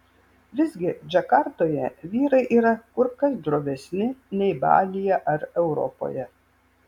visgi džakartoje vyrai yra kur kas drovesni nei balyje ar europoje